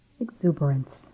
exuberance